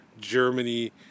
Germany